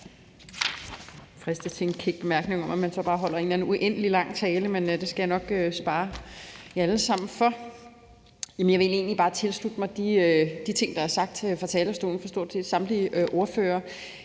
at komme med en kæk bemærkning om, at man så bare holder en eller anden uendelig lang tale, men det skal jeg nok spare jer alle sammen for. Jeg vil egentlig bare tilslutte mig de ting, der er blevet sagt her fra talerstolen fra stort set samtlige ordførere.